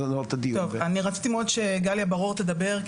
אני רציתי מאוד שגליה בר אור תדבר,